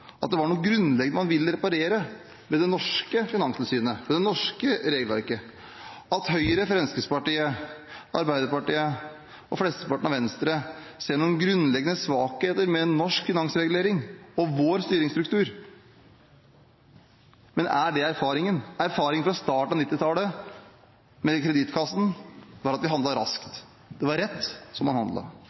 at det var noe grunnleggende man ville reparere ved det norske finanstilsynet – ved det norske regelverket – at Høyre, Fremskrittspartiet, Arbeiderpartiet og mesteparten av Venstre ser noen grunnleggende svakheter ved norsk finansregulering og vår styringsstruktur. Men er det erfaringen? Erfaringen fra starten av 1990-tallet med Kredittkassen var at vi handlet raskt. Man handlet rett. Finanskrisen i 2008 viste oss hvor viktig det var